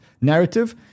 narrative